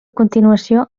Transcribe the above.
continuació